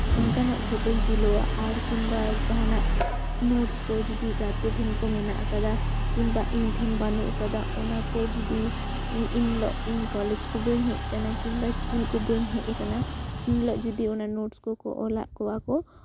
ᱚᱱᱠᱟᱱᱟᱜ ᱯᱷᱳᱴᱚᱧ ᱛᱩᱞᱟᱹᱣᱟ ᱟᱨ ᱠᱤᱢᱵᱟ ᱟᱨ ᱡᱟᱦᱟᱱᱟᱜ ᱱᱳᱴᱥ ᱠᱚ ᱡᱩᱫᱤ ᱜᱟᱛᱮ ᱴᱷᱮᱱ ᱠᱚ ᱢᱮᱱᱟᱜ ᱠᱟᱫᱟ ᱠᱤᱢᱵᱟ ᱤᱧ ᱴᱷᱮᱱ ᱵᱟᱹᱱᱩᱜ ᱠᱟᱫᱟ ᱚᱱᱟ ᱠᱚ ᱡᱩᱫᱤ ᱤᱧ ᱤᱧ ᱠᱚᱞᱮᱡᱽ ᱠᱚ ᱵᱟᱹᱧ ᱦᱮᱡ ᱠᱟᱱᱟ ᱠᱤᱢᱵᱟ ᱤᱥᱠᱩᱞ ᱠᱚ ᱵᱟᱹᱧ ᱦᱮᱡ ᱠᱟᱱᱟ ᱩᱱ ᱦᱤᱞᱚᱜ ᱡᱩᱫᱤ ᱚᱱᱟ ᱱᱳᱴᱥ ᱠᱚᱠᱚ ᱚᱞᱟᱜ ᱠᱚᱣᱟ ᱠᱚ